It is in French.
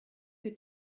que